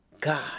God